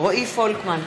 רועי פולקמן,